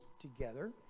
together